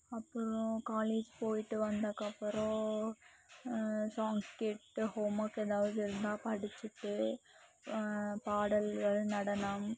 அப்புறோம் காலேஜ் போயிவிட்டு வந்தக்கப்புறம் சாங்ஸ் கேட்டு ஹோம்ஒர்க் எதாவது இருந்தா படிச்சிவிட்டு பாடல்கள் நடனம்